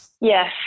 Yes